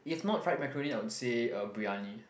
if not fried macaroni I would say uh briyani